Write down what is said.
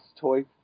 toy